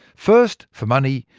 first, for money.